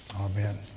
Amen